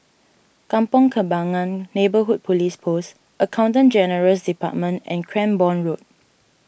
Kampong Kembangan Neighbourhood Police Post Accountant General's Department and Cranborne Road